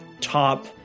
Top